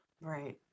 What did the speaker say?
Right